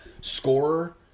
scorer